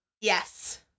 Yes